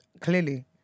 clearly